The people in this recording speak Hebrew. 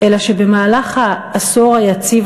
אלא שבמהלך העשור היציב,